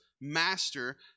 Master